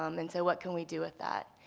um and so what can we do with that?